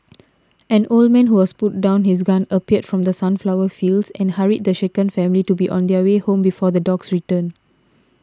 an old man who was putting down his gun appeared from the sunflower fields and hurried the shaken family to be on their way before the dogs return